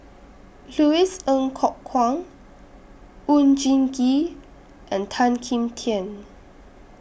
Louis Ng Kok Kwang Oon Jin Gee and Tan Kim Tian